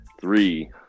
Three